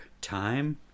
time